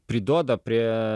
priduoda prie